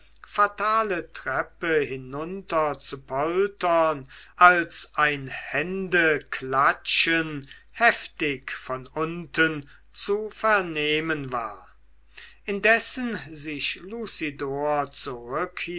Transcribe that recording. fatale treppe hinunter zu poltern als ein händeklatschen von unten heftig zu vernehmen war indessen sich